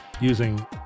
using